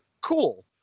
cool